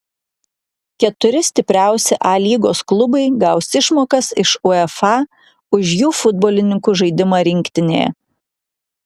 keturi stipriausi a lygos klubai gaus išmokas iš uefa už jų futbolininkų žaidimą rinktinėje